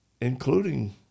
including